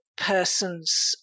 person's